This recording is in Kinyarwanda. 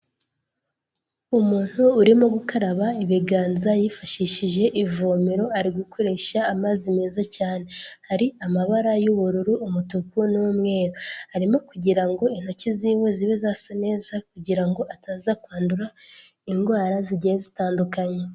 Umuntu urimo gukaraba ibiganza yifashishije ivomero ari gukoresha amazi meza cyane, hari amabara y'ubururu, umutuku n'umweru arimo kugirango intoki ziwe zibe zasa neza kugirango ataza kwandura indwara zigiye zitandukanye.